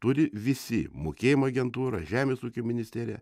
turi visi mokėjimo agentūra žemės ūkio ministerija